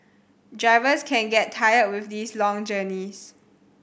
drivers can get tired with these long journeys